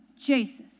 Jesus